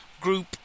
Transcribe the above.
group